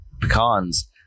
pecans